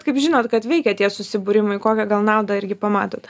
kaip žinot kad veikia tie susibūrimai kokią gal naudą irgi pamatot